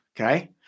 Okay